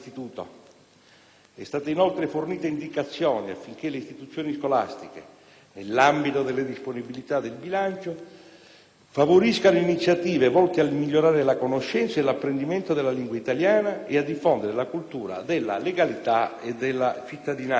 È stata, inoltre, fornita indicazione affinché le istituzioni scolastiche, nell'ambito delle disponibilità di bilancio, favoriscano iniziative volte a migliorare la conoscenza e l'apprendimento della lingua italiana e a diffondere la cultura della legalità e della cittadinanza.